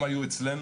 הם היו אצלנו,